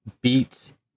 beats